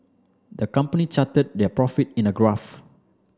the company charted their profit in a graph